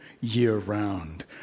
year-round